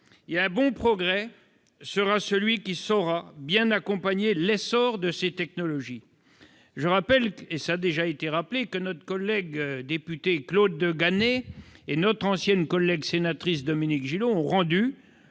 Un bon progrès sera celui qui saura bien accompagner l'essor de ces technologies. Il a déjà été rappelé que notre collègue député Claude de Ganay et notre ancienne collègue Dominique Gillot ont rendu,